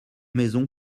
maisons